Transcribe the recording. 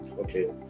Okay